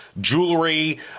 jewelry